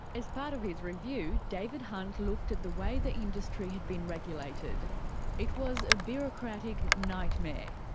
as part of his review, david hunt looked at the way the industry had been regulated it was a bureaucratic nightmare.